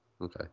Okay